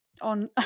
on